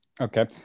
Okay